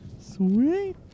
Sweet